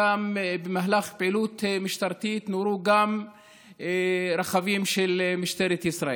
ושם במהלך פעילות משטרתית נורו גם רכבים של משטרת ישראל.